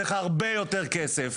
צריך הרבה יותר כסף,